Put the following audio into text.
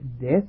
death